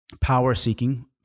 power-seeking